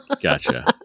Gotcha